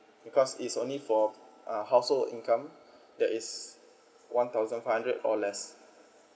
because it's only for uh household income that is one thousand five hundred or less